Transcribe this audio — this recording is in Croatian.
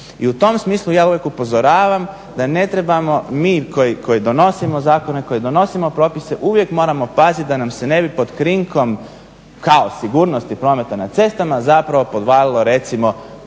I u tom smislu ja uvijek upozoravam da ne trebamo mi koji donosimo zakone, koji donosimo propise uvijek moramo paziti da nam se ne bi pod krinkom kao sigurnosti prometa na cestama zapravo podvalilo recimo